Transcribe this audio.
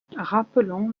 rappelons